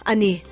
Ani